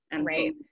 right